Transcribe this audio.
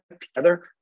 together